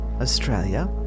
Australia